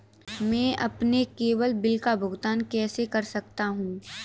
मैं अपने केवल बिल का भुगतान कैसे कर सकता हूँ?